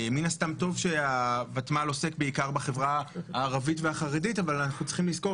טוב שהותמ"ל עוסק בעיקר בחברה הערבית והחרדית אבל אנחנו צריכים לזכור